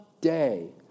day